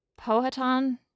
Pohatan